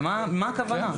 מה הכוונה.